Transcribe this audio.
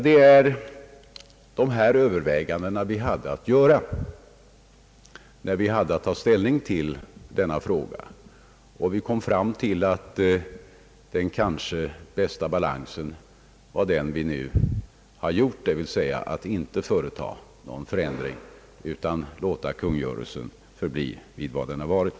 Det var dessa överväganden som mås te göras när vi hade att ta ställning till denna fråga, och vi kom fram till att den bästa avvägningen är den som vi nu har gjort, d. v. s. att inte företa någon ändring utan låta kungörelsen förbli vid vad den har varit.